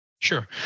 Sure